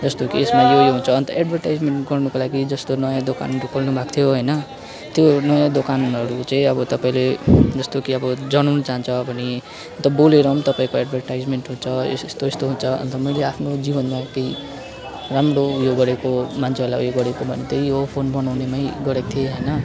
जस्तो कि यसमा यो यो हुन्छ अन्त एड्भर्टिजमेन्ट गर्नुको लागि जस्तो नयाँ दोकानहरू खोल्नु भएको थियो होइन त्यो नयाँ दोकानहरू चाहिँ अब तपाईँले जस्तो कि अब जनाउन चाहन्छ भने बोलेर पनि तपाईँको एड्भर्टिजमेन्ट हुन्छ एस् यस्तो यस्तो हुन्छ अन्त मैले आफ्नो जीवनमा केही राम्रो उयो गरेको मान्छेहरूलाई उयो गरेको भनेको त्यही हो फोन बनाउनेमै गरेको थिएँ होइन